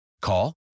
Call